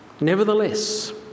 nevertheless